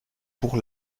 pour